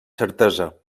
certesa